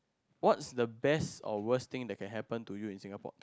what's the best or worst thing that can happen to you in Singapore